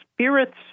Spirits